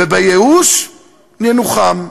ובייאוש ננוחם.